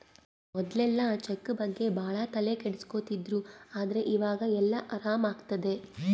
ಮೊದ್ಲೆಲ್ಲ ಚೆಕ್ ಬಗ್ಗೆ ಭಾಳ ತಲೆ ಕೆಡ್ಸ್ಕೊತಿದ್ರು ಆದ್ರೆ ಈವಾಗ ಎಲ್ಲ ಆರಾಮ್ ಆಗ್ತದೆ